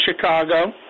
Chicago